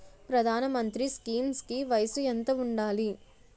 ప్రధాన మంత్రి స్కీమ్స్ కి వయసు ఎంత ఉండాలి?